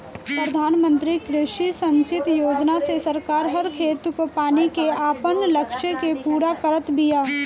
प्रधानमंत्री कृषि संचित योजना से सरकार हर खेत को पानी के आपन लक्ष्य के पूरा करत बिया